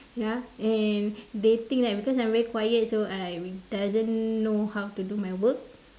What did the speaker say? ya and they think that because I am very quiet so I doesn't know how to do my work